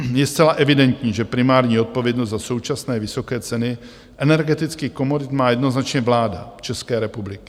Je zcela evidentní, že primární odpovědnost za současné vysoké ceny energetických komodit má jednoznačně vláda České republiky.